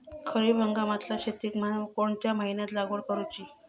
खरीप हंगामातल्या शेतीक कोणत्या महिन्यात लागवड करूची?